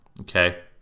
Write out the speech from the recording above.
Okay